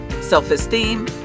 self-esteem